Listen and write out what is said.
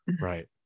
right